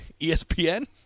ESPN